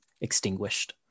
extinguished